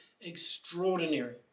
extraordinary